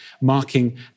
marking